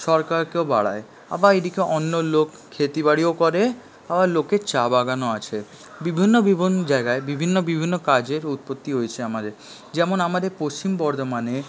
সরকারকেও বাড়ায় আবার এদিকে অন্য লোক ক্ষেতিবাড়িও করে আবার লোকের চা বাগানও আছে বিভিন্ন বিভিন্ন জায়গায় বিভিন্ন বিভিন্ন কাজের উৎপত্তি হয়েছে আমাদের যেমন আমাদের পশ্চিম বর্ধমানে